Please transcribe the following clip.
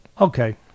Okay